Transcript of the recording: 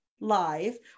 live